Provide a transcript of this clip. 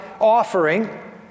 offering